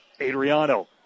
Adriano